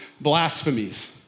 blasphemies